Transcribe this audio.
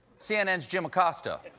cnn's jim acosta.